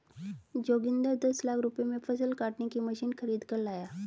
जोगिंदर दस लाख रुपए में फसल काटने की मशीन खरीद कर लाया